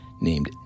named